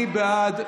מי בעד?